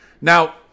Now